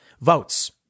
votes